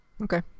Okay